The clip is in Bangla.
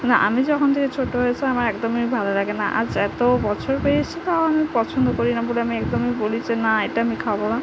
না আমি যখন থেকে ছোটো হয়েছি আমার একদমই ভালো লাগে না আজ এত বছর পেরিয়ে এসেছি তাও আমি পছন্দ করি না পুরো আমি একদমই বলি যে না এটা আমি খাব না